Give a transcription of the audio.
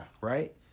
Right